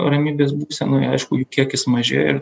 ramybės būsenoje aišku jų kiekis mažėja ir